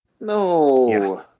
No